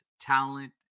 talent